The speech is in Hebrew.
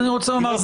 אבל אני רוצה לומר,